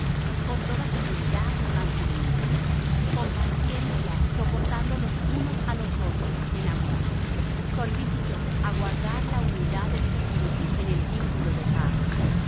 con toda humildad y mansedumbre con paciencia soportando los unos á los otros en amor solícitos á guardar la unidad del espíritu en el vínculo de la paz